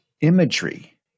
imagery